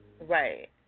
Right